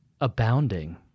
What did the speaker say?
abounding